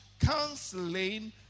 Counseling